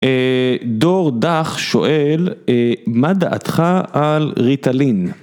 דור דח שואל, מה דעתך על ריטלין?